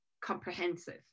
comprehensive